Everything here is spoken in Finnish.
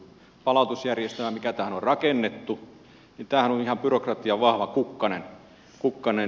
palautusjärjestelmä mikä tähän on rakennettu on ihan byrokratian vahva kukkanen